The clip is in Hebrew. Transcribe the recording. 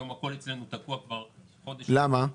היום הכל אצלנו תקוע כבר חודש --- למה?